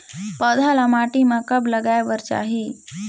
पौधा ल माटी म कब लगाए बर चाही?